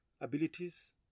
abilities